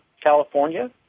California